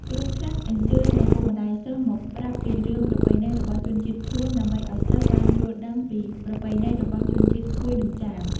គ្រូខ្លះអញ្ជើញឪពុកម្ដាយសិស្សមកប្រាប់ពីរឿងប្រពៃណីរបស់ជនជាតិខ្លួន ដើម្បីឱ្យសិស្សបានយល់ដឹងពីប្រពៃណីរបស់ជនជាតិកួយ និងចាម។